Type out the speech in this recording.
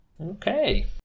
Okay